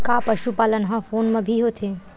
का पशुपालन ह फोन म भी होथे?